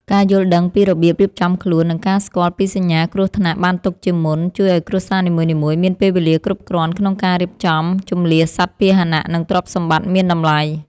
ការយល់ដឹងពីរបៀបរៀបចំខ្លួន និងការស្គាល់ពីសញ្ញាគ្រោះថ្នាក់បានទុកជាមុន ជួយឱ្យគ្រួសារនីមួយៗមានពេលវេលាគ្រប់គ្រាន់ក្នុងការរៀបចំជម្លៀសសត្វពាហនៈ និងទ្រព្យសម្បត្តិមានតម្លៃ។